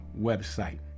website